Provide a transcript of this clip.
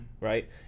right